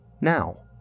Now